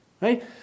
right